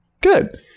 good